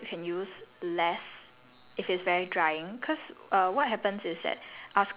okay uh here's my feedback to it um I feel like the clay mask you can use less